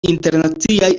internaciaj